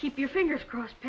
keep your fingers crossed